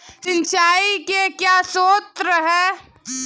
सिंचाई के क्या स्रोत हैं?